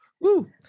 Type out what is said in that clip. woo